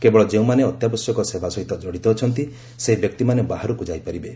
କେବଳ ଯେଉଁମାନେ ଅତ୍ୟାବଶ୍ୟକ ସେବା ସହ ଜଡ଼ିତ ଅଛନ୍ତି ସେହି ବ୍ୟକ୍ତିମାନେ ବାହାରକୁ ଯାଇ ପାରିବେ